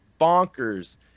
bonkers